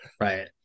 Right